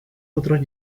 otros